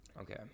Okay